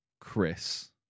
Chris